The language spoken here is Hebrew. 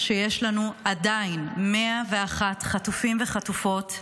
שיש לנו עדיין 101 חטופים וחטופות בעזה.